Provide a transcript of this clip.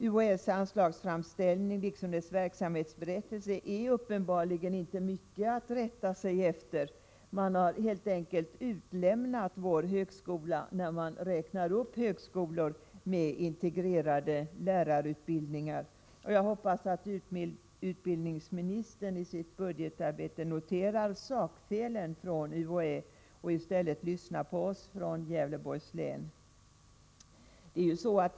UHÄ:s anslagsframställning liksom dess verksamhetsberättelse är uppenbarligen inte så mycket att rätta sig efter. Man har helt enkelt utelämnat vår högskola när man räknat upp högskolor med integrerade lärarutbildningar. Jag hoppas att utbildningsministern i sitt budgetarbete noterar sakfelet från UHÄ ochistället lyssnar på oss från Gävleborgs län.